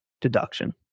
deduction